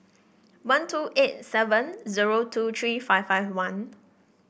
one two eight seven zero two three five five one